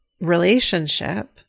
relationship